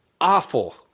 Awful